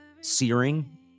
searing